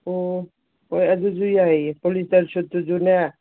ꯑꯣ ꯍꯣꯏ ꯑꯗꯨꯁꯨ ꯌꯥꯏꯌꯦ ꯄꯣꯂꯤꯁꯇꯔ ꯁꯨꯠꯇꯨꯁꯨꯅꯦ